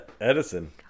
Edison